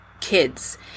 kids